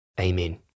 Amen